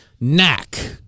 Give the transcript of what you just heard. Knack